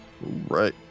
Right